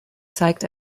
zeigt